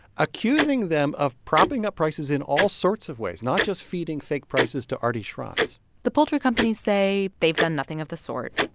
accusing them of propping up prices in all sorts of ways, not just feeding fake prices to arty schronce the poultry companies say they've done nothing of the sort.